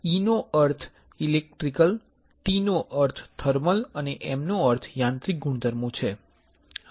Eનો અર્થ electrical T નો અર્થ થર્મલ અને M નો યાંત્રિક ગુણધર્મો છે